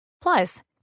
Plus